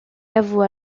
avoue